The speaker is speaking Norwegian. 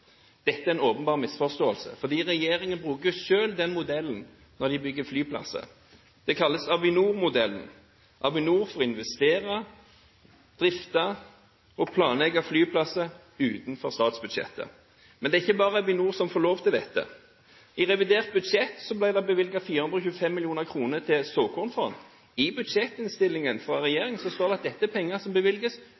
Dette er en åpenbar misforståelse, for regjeringen bruker selv denne modellen når de bygger flyplasser. Den kalles Avinor-modellen. Avinor får investere, drifte og planlegge flyplasser utenfor statsbudsjettet, men det er ikke bare Avinor som får lov til dette. I revidert budsjett ble det bevilget 425 mill. kr til et såkornfond. I budsjettet fra